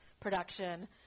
production